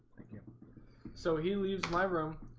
thank you so he leaves my room